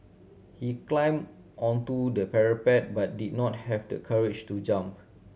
he climbed onto the parapet but did not have the courage to jump